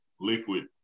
liquid